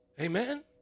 Amen